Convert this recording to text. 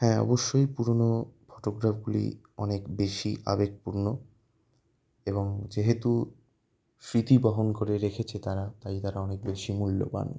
হ্যাঁ অবশ্যই পুরোনো ফটোগ্রাফগুলি অনেক বেশি আবেগপূর্ণ এবং যেহেতু স্মৃতিবহন করে রেখেছে তারা তাই তারা অনেক বেশিই মূল্যবান